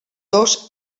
dos